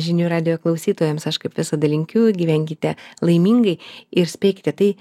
žinių radijo klausytojams aš kaip visada linkiu gyvenkite laimingai ir spėkite tai